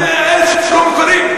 אלה יישובים מוכרים.